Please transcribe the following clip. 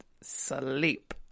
sleep